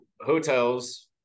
hotels